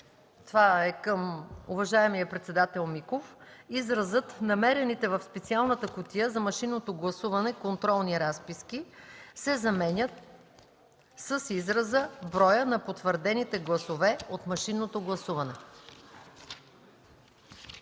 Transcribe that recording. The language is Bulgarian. това е към уважаемия председател Миков: изразът „намерените в специалната кутия за машинното гласуване контролни разписки” се заменя с израза „броят на потвърдените гласове от машинното гласуване”.